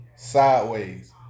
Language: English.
Sideways